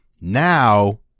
Now